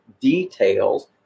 details